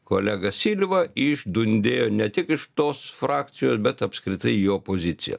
kolega silva išdundėjo ne tik iš tos frakcijos bet apskritai į opoziciją